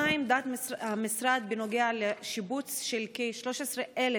1. מהי עמדת המשרד בנוגע לשיבוץ של כ-13,000